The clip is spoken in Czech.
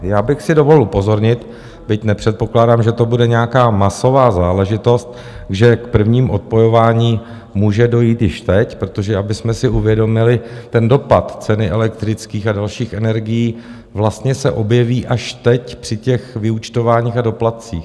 Já bych si dovolil upozornit, byť nepředpokládám, že to bude nějaká masová záležitost, že k prvním odpojování může dojít již teď, protože, abychom si uvědomili, ten dopad ceny elektrických a dalších energií vlastně se objeví až teď při těch vyúčtováních a doplatcích.